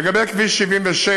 לגבי כביש 77,